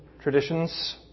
traditions